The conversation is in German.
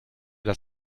das